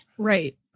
right